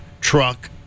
truck